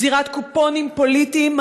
גזירת קופונים פוליטיים,